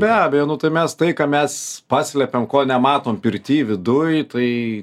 be abejo nu tai mes tai ką mes paslėpiam ko nematom pirty viduj tai